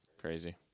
crazy